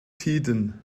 tiden